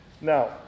now